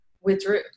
withdrew